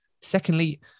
secondly